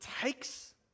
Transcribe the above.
takes